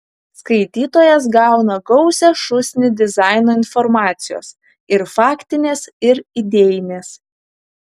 skaitytojas gauna gausią šūsnį dizaino informacijos ir faktinės ir idėjinės